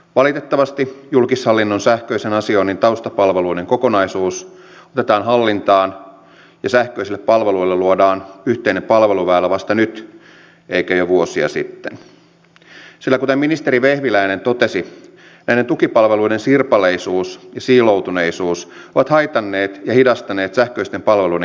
valitettavasti julkishallinnon sähköisen asioinnin taustapalveluiden kokonaisuus otetaan hallintaan ja sähköisille palveluille luodaan yhteinen palveluväylä vasta nyt eikä jo vuosia sitten sillä kuten ministeri vehviläinen totesi näiden tukipalveluiden sirpaleisuus ja siiloutuneisuus ovat haitanneet ja hidastaneet sähköisten palveluiden kehitystä